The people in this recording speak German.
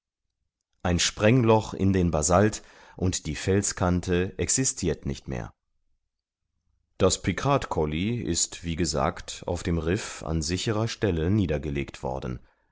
ein sprengloch in den basalt und die felskante existirt nicht mehr das pikratcolli ist wie gesagt auf dem riff an sicherer stelle niedergelegt worden